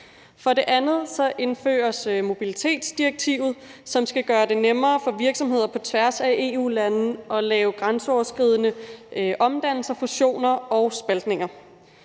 For det andet indføres mobilitetsdirektivet, som skal gøre det nemmere for virksomheder på tværs af EU-lande at lave grænseoverskridende omdannelser, fusioner og spaltninger.